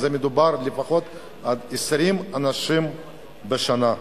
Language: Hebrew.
מדובר לפחות על 20 אנשים בשנה.